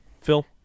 Phil